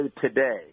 today